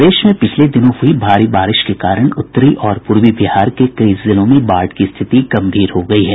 प्रदेश में पिछले दिनों हुई भारी बारिश के कारण उत्तरी और पूर्वी बिहार के कई जिलों में बाढ़ की रिथति गम्भीर हो गयी है